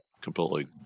completely